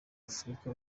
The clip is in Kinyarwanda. afurika